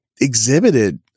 exhibited